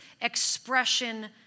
expression